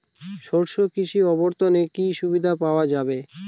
শস্য কৃষি অবর্তনে কি সুবিধা পাওয়া যাবে?